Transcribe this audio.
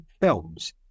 films